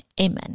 Amen